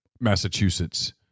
Massachusetts